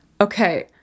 Okay